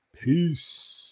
Peace